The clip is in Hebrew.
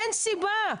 אין סיבה.